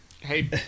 Hey